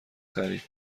خرید